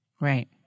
Right